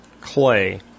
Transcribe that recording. clay